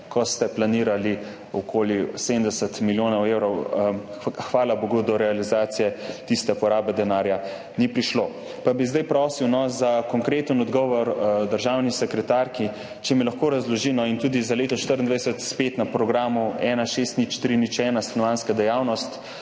ko ste planirali okoli 70 milijonov evrov. Hvala bogu do realizacije tiste porabe denarja ni prišlo. Pa bi zdaj prosil za konkreten odgovor državno sekretarko, če mi lahko razloži, no, tudi za leto 2024 na programu 160301 Stanovanjska dejavnost,